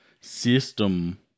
system